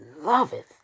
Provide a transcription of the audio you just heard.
loveth